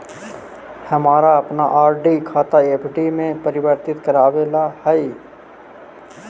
हमारा अपन आर.डी खाता एफ.डी में परिवर्तित करवावे ला हई